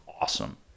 awesome